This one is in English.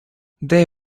they